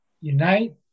unite